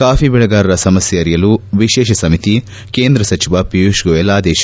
coffee ಬೆಳೆಗಾರರ ಸಮಸ್ಯೆ ಅರಿಯಲು ವಿಶೇಷ ಸಮಿತಿ ಕೇಂದ್ರ ಸಚಿವ ಪಿಯೂಷ್ ಗೋಯೆಲ್ ಆದೇಶ